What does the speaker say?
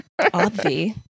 Obvi